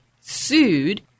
sued